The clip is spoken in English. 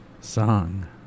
song